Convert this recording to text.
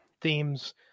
themes